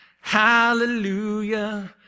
hallelujah